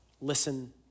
listen